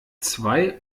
zwei